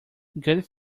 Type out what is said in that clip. good